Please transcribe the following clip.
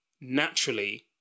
naturally